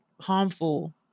harmful